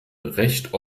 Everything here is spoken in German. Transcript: recht